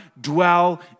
dwell